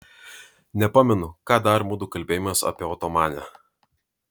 nepamenu ką dar mudu kalbėjomės apie otomanę